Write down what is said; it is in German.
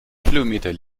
kilometer